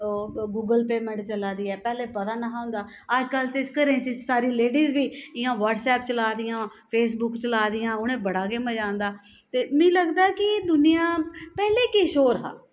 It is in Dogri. ओह् गूगल पेमेंट चला दी ऐ पैह्लें पता निहां होंदा अज्जकल ते घरें च सारी लेडीज़ बी इ'यां व्हाट्सएप चलादियां फेसबुक चलादियां उ'नें बड़ा गै मज़ा आंदा ते मी लगदा कि दूनियां पैह्लें किश होर हा